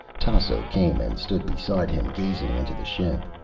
tasso came and stood beside him, gazing into the ship.